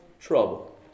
trouble